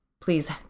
please